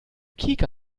kika